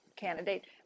candidate